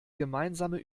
gemeinsame